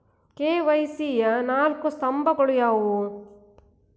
KYC ಯ ನಾಲ್ಕು ಸ್ತಂಭಗಳು ಯಾವುವು?